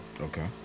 Okay